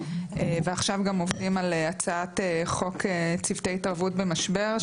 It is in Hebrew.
ועכשיו גם עובדים על הצעת חוק צוותי התערבות במשבר,